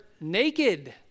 naked